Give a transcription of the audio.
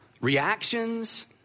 reactions